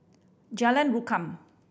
Jalan Rukam